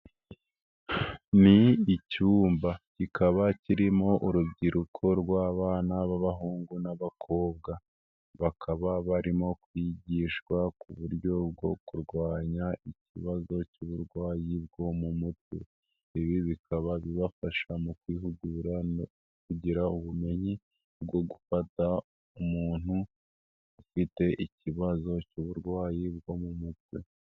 Ni icyumba kikaba kirimo urubyiruko rw'abana b'abahungu n'abakobwa bakaba barimo kwigishwa ku uburyo bwo kurwanya ikibazo cy'uburwayi bwo mu mutwe ibi bikaba bibafasha mu kwihugura no kugira ubumenyi bwo gufata umuntu ufite ikibazo cy'uburwayi bwo mu mutwe.